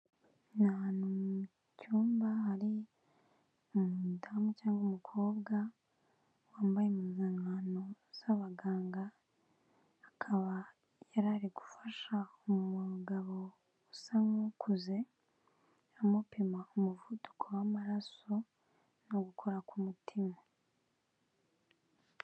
Ni ahantu mu cyumba hari umudamu cyangwa umukobwa, wambaye impuzankano z'abaganga, akaba yarari gufasha umugabo usa nk'ukuze, amupima umuvuduko w'amaraso no gukora k'umutima.